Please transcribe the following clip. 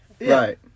Right